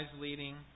leading